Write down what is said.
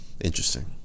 Interesting